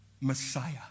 Messiah